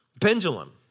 Pendulum